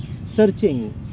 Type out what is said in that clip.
searching